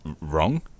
wrong